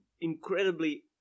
incredibly